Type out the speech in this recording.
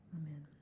Amen